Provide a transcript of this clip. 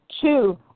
Two